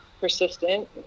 persistent